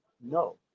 No